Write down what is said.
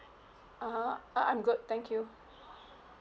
(uh huh) uh I'm good thank you